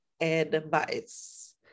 advice